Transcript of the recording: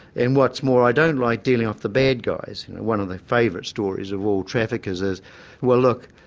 and what's more i don't like dealing off the bad guys', one of the favourite stories of all traffickers is well look,